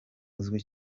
uzwi